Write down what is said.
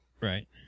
Right